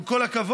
עם כל הכבוד.